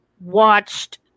watched